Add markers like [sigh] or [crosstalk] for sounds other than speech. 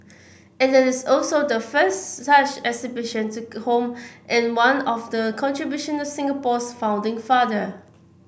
end it's also the first such exhibition to [unintelligible] home in of the contributions of Singapore's founding father